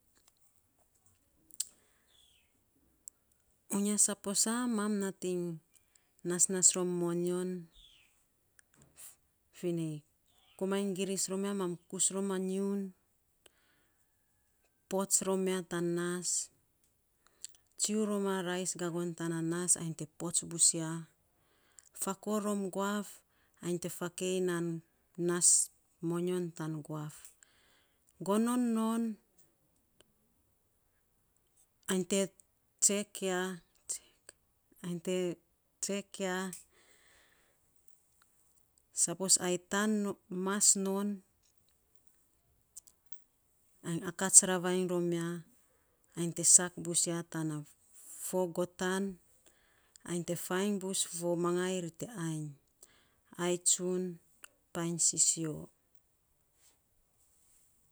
uinya saposa mam nating nasnas rom moinyon finei komainy giris rom ya, mam kus pots rom ya tan nas tsu rom a rais gagon ta na nas iny te pots bus ya fakor rom guaf ainy te fakei nan nas moinyon tan guaf gonon non ainy te tsek ya, sapos ai mas non ainy akats ravainy rom ya, ainy te sak ravainy bus ya ta na fo go tan ainy te fainy bus fo magai ri te ainy ai tsun painy sisio.